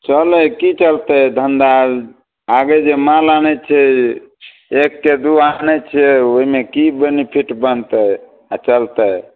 चलै कि करतै धन्धा आगे जे माल आनै छिए एकके दुइ आनै छिए ओहिमे कि बेनिफिट बनतै आओर चलतै